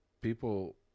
people